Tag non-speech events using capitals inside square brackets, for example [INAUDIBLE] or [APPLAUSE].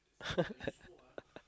[LAUGHS]